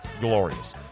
glorious